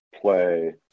play